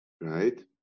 Right